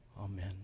Amen